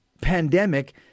pandemic